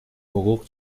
حقوق